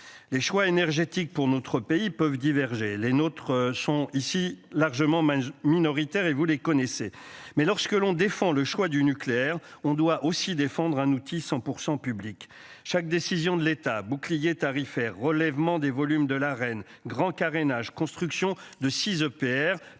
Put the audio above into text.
Les choix énergétiques pour notre pays peuvent diverger les notre Champ ici largement minoritaire et vous les connaissez mais lorsque l'on défend le choix du nucléaire. On doit aussi défendre un outil 100% public chaque décision de l'État bouclier tarifaire relèvement des volumes de la reine grand carénage, construction de 6 EPR,